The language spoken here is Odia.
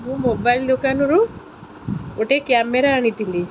ମୁଁ ମୋବାଇଲ୍ ଦୋକାନରୁ ଗୋଟେ କ୍ୟାମେରା ଆଣିଥିଲି